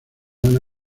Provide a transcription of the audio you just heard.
ana